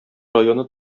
районы